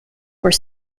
where